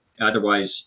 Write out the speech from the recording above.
Otherwise